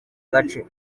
gace